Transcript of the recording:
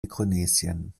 mikronesien